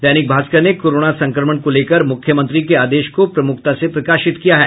दैनिक भास्कर ने कोरोना संक्रमण को लेकर मुख्यमंत्री के आदेश को प्रमुखता से प्रकाशित किया है